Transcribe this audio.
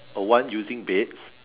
a one using baits